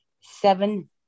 seven